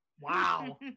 wow